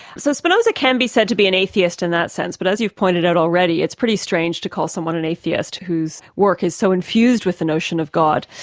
so spinoza can be said to be an atheist in that sense, but as you've pointed out already, it's pretty strange to call someone an atheist whose work is so infused with the notion of god.